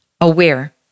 aware